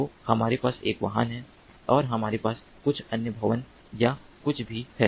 तो हमारे पास एक वाहन है और हमारे पास कुछ अन्य भवन या ऐसा कुछ भी है